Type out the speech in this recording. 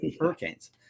hurricanes